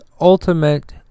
ultimate